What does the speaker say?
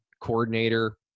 coordinator